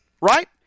Right